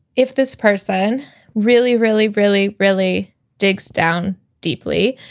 if this person really, really, really, really digs down deeply,